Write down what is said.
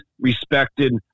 respected